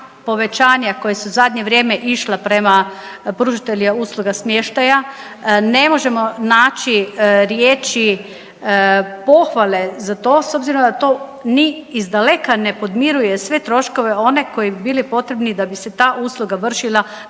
povećanja koja su zadnje vrijeme išla prema pružateljima usluga smještaja ne možemo naći riječi pohvale za to s obzirom da to ni izdaleka ne podmiruje sve troškove one koji bi bili potrebni da bi se ta usluga vršila